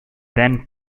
then